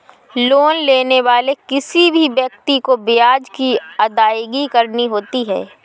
loan लेने वाले किसी भी व्यक्ति को ब्याज की अदायगी करनी होती है